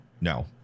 No